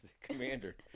commander